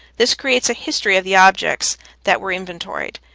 this creates a history of the objects that were inventoried.